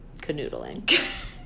canoodling